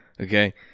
okay